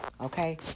Okay